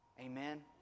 Amen